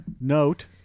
Note